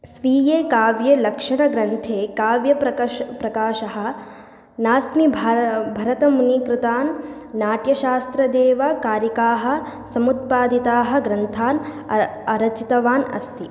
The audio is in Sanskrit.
स्वीये काव्यलक्षणग्रन्थे काव्यप्रकाशः प्रकाशः नास्मि भा भरतमुनिकृतान् नाट्यशास्त्रादेव कारिकाः समुत्पादिताः ग्रन्थान् अर अरचितवान् अस्ति